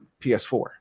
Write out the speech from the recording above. PS4